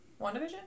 WandaVision